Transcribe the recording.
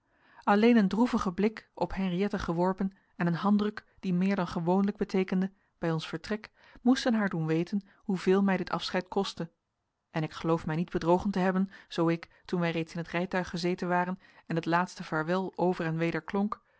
alleen een droevige blik op henriëtte geworpen en een handdruk die meer dan gewoonlijk beteekende bij ons vertrek moesten haar doen weten hoeveel mij dit afscheid kostte en ik geloof mij niet bedrogen te hebben zoo ik toen wij reeds in het rijtuig gezeten waren en het laatst vaarwel over en weder klonk